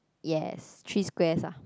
yes three squares ah